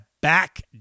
back